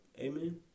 Amen